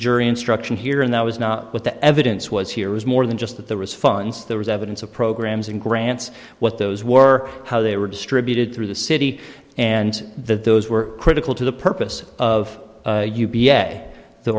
jury instruction here and that was not what the evidence was here was more than just that there was funds there was evidence of programs in grants what those were how they were distributed through the city and those were critical to the purpose of